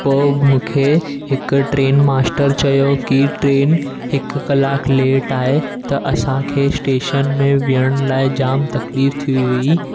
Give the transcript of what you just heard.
पोइ मूंखे हिक ट्रेन मास्टर चयो की ट्रेन हिकु कलाक लेट आहे त असांखे स्टेशन में विहण लाइ जाम तकलीफ़ थी हुई